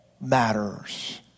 matters